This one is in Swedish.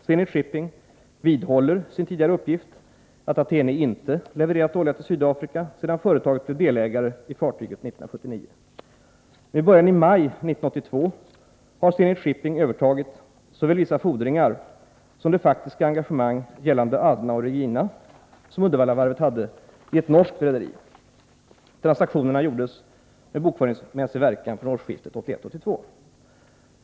Zenit Shipping AB vidhåller sin tidigare uppgift att Athene inte levererat olja till Sydafrika sedan företaget blev delägare i fartyget 1979. Med början i maj 1982 har Zenit Shipping AB övertagit såväl vissa fordringar som det faktiska engagemang gällande Adna och Regina som Uddevallavarvet hade i ett norskt rederi. Transaktionerna gjordes med bokföringsmässig verkan från årsskiftet 1981-1982.